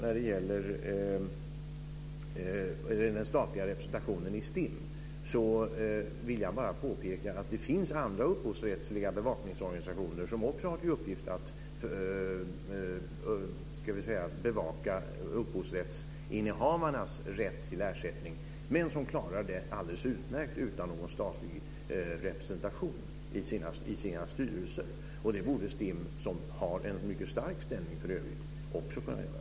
När det gäller den statliga representationen i STIM vill jag bara påpeka att det även finns andra upphovsrättsliga bevakningsorganisationer som också har till uppgift att bevaka upphovsrättsinnehavarnas rätt till ersättning. De klarar detta alldeles utmärkt utan någon statlig representation i sina styrelser. Det borde STIM, som har en mycket stark ställning för övrigt, också kunna göra.